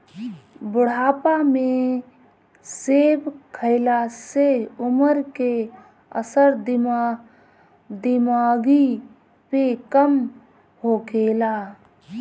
बुढ़ापा में सेब खइला से उमर के असर दिमागी पे कम होखेला